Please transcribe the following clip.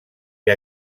que